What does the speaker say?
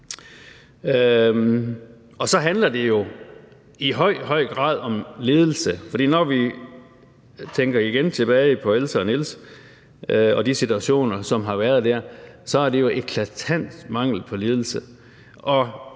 Så handler det jo i høj, høj grad om ledelse, for når vi igen tænker tilbage på Else og Niels og de situationer, som har været der, så er der jo en eklatant mangel på ledelse,